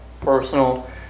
personal